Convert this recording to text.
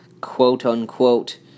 quote-unquote